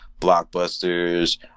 blockbusters